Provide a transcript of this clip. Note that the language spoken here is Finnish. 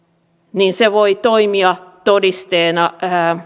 niin se voi toimia todisteena